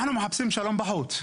אנחנו מחפשים שלום בחוץ.